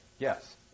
Yes